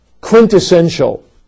quintessential